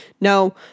no